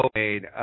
made